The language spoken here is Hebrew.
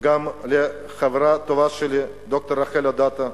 וגם לחברה הטובה שלי, ד"ר רחל אדטו,